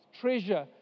Treasure